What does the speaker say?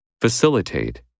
Facilitate